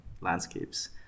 landscapes